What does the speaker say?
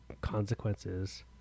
consequences